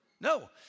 No